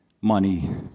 money